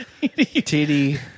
Titty